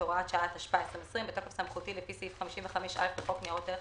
"בתוקף סמכותי לפי סעיף 55א לחוק ניירות ערך,